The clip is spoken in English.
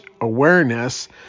awareness